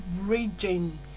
region